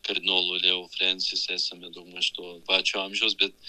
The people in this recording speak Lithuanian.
kardinolu leo frencis esame daugmaž to pačio amžiaus bet